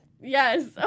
Yes